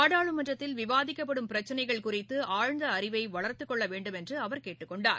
நாடாளுமன்றத்தில் விவாதிக்கப்படும் பிரச்சனைகள் குறித்து ஆழ்ந்த அறிவை வளர்த்துக் கொள்ள வேண்டும் என்று அவர் கேட்டுக்கொண்டார்